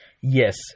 Yes